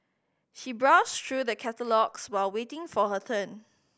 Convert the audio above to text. she browsed through the catalogues while waiting for her turn